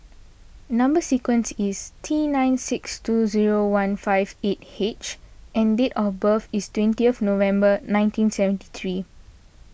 Number Sequence is T nine six two zero one five eight H and date of birth is twentieth November nineteen seventy three